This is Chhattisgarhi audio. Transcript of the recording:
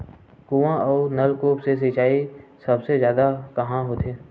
कुआं अउ नलकूप से सिंचाई सबले जादा कहां होथे?